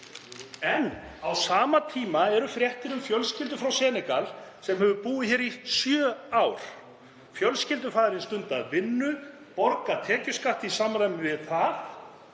en á sama tíma eru fréttir um fjölskyldu frá Senegal sem hefur búið hér í sjö ár. Fjölskyldufaðirinn hefur stundað vinnu, borgað tekjuskatt í samræmi við það